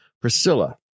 Priscilla